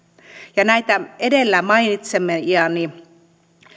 ja näitä edellä mainitsemiani